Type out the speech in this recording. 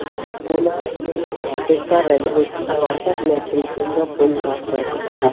मेरे को ना अपने ऑफिस का रिनोवेशन करवाना था इलेक्ट्रिशियन का कोई काम करवाना था